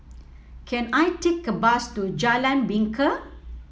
can I take a bus to Jalan Bingka